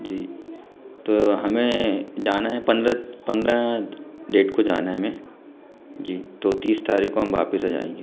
जी तो हमें जाना है पंद्रा पंद्रह डेट को जाना है हमें जी तो तीस तारीख़ को हम वापस आ जाएंगे